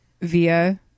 via